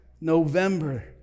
November